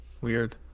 weird